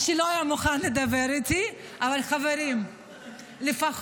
לא היה מוכן לדבר איתי, אבל, חברים, לפחות,